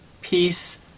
peace